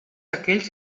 aquells